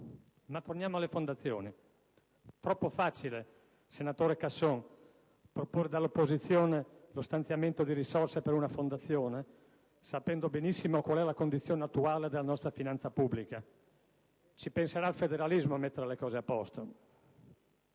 Ma torniamo alle fondazioni. È troppo facile, senatore Casson, proporre dall'opposizione lo stanziamento di risorse per una fondazione sapendo benissimo qual è l'attuale condizione della finanza pubblica. Ci penserà il federalismo a mettere le cose a posto!